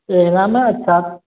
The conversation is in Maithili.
एकदमे अच्छा